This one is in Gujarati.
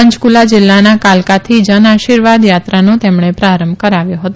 પંચકુલા જિલ્લાના કાલકાથી જનઆશીર્વાદ યાત્રાનો તેમણે આરંભ કરાવ્યો હતો